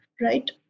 right